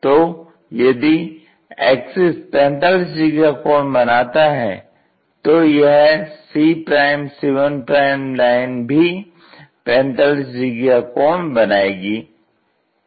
तो यदि axis 45 degree का कोण बनाता है तो यह cc1 लाइन भी 45 डिग्री का कोण बनायेगी